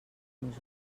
nos